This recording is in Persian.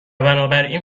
بنابراین